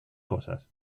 cosas